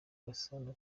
gasana